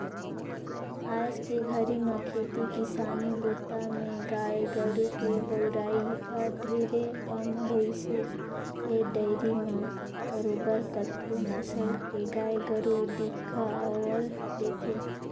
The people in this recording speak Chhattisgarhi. आयज के घरी में खेती किसानी बूता में गाय गोरु के बउरई हर ढेरे कम होइसे फेर डेयरी म बरोबर कतको नसल के गाय गोरु दिखउल देथे